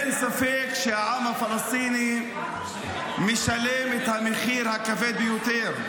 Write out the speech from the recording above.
אין ספק שהעם הפלסטיני משלם את המחיר הכבד ביותר,